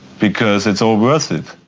because it's all worth it.